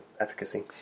efficacy